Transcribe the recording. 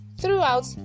throughout